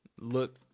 look